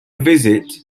visit